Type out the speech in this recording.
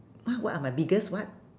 !huh! what are my biggest what